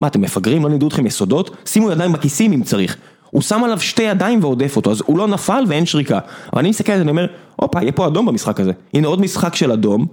מה אתם מפגרים? לא למדו אתכם יסודות? שימו ידיים בכיסים אם צריך הוא שם עליו שתי ידיים והודף אותו אז הוא לא נפל ואין שריקה ואני מסתכל על זה ואומר הופה, יהיה פה אדום במשחק הזה הנה עוד משחק של אדום